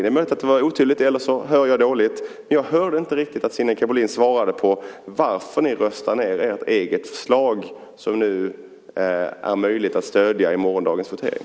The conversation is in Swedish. Det är möjligt att det var otydligt, eller också hör jag dåligt, men jag hörde inte riktigt att Sinikka Bohlin svarade på varför ni röstar ned ert eget förslag som det är möjligt att stödja vid morgondagens votering.